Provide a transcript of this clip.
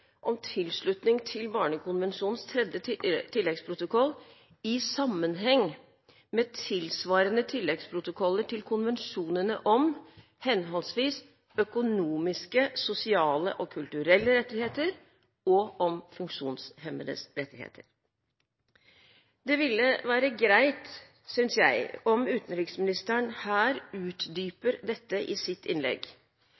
om tilslutning til Barnekonvensjonens tredje tilleggsprotokoll i sammenheng med tilsvarende tilleggsprotokoller til konvensjonene om henholdsvis økonomiske, sosiale og kulturelle rettigheter og om funksjonshemmedes rettigheter. Jeg synes det ville vært greit om utenriksministeren utdypet dette i sitt innlegg her,